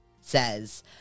says